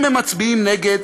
אם הם מצביעים נגד,